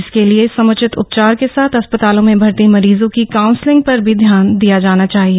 इसके लिए समृचित उपचार के साथ अस्पतालों में भर्ती मरीजों की काउंसिलिंग पर भी ध्यान दिया जाना चाहिए